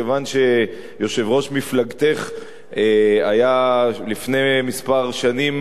כיוון שיושב-ראש מפלגתך היה לפני כמה שנים